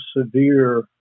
severe